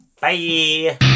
Bye